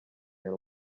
iyo